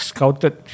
Scouted